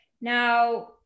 Now